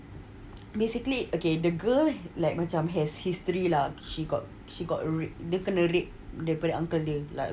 basically the girl has macam like history lah she got rape dia kena rape daripada uncle dia